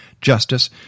justice